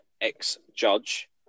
ex-judge